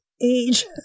age